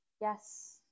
yes